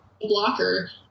blocker